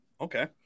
okay